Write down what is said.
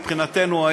מבחינתנו,